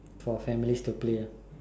for families to play ah